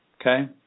Okay